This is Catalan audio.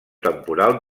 temporal